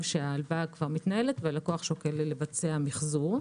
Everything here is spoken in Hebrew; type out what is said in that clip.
שההלוואה כבר מתנהלת והלקוח שוקל לבצע מחזור.